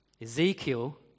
Ezekiel